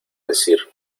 decir